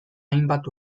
hainbat